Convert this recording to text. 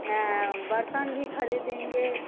बर्तन भी खरीदेंगे